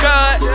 God